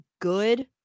good